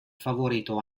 favorito